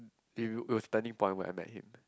it w~ it was turning point when I met him